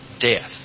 death